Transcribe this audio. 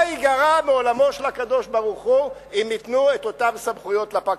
מה ייגרע מעולמו של הקדוש-ברוך-הוא אם ייתנו את אותן סמכויות לפקחים.